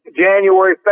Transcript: January